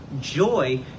joy